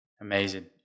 Amazing